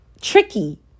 tricky